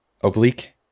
oblique